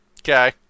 okay